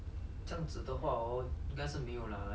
like someone to look up to